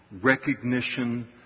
recognition